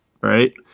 right